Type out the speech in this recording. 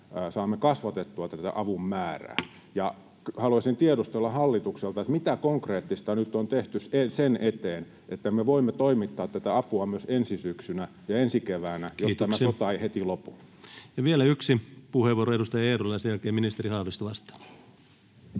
saamme kasvatettua tätä avun määrää, ja haluaisin tiedustella hallitukselta: mitä konkreettista nyt on tehty sen eteen, että me voimme toimittaa tätä apua myös ensi syksynä ja ensi keväänä, [Puhemies: Kiitoksia!] jos tämä sota ei heti lopu? Ja vielä yksi puheenvuoro, edustaja Eerola, ja sen jälkeen ministeri Haavisto vastaa.